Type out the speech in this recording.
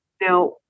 Now